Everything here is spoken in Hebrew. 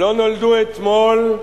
לא נולדו אתמול,